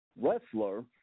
wrestler